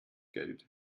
geld